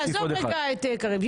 עזוב לרגע את קריב.